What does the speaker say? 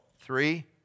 Three